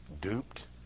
Duped